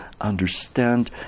understand